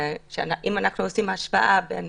אם אנחנו עושים השוואה בין